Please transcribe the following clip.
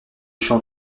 chant